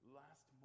last